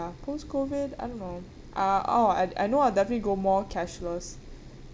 ya post COVID I don't know uh oh I I know I'll definitely go more cashless